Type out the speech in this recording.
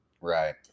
Right